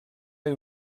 era